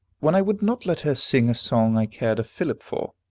when i would not let her sing a song i cared a fillip for.